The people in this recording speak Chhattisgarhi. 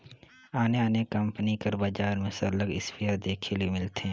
आने आने कंपनी कर बजार में सरलग इस्पेयर देखे ले मिलथे